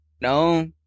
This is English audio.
No